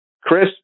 Chris